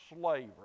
slaver